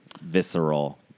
visceral